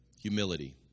Humility